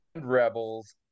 Rebels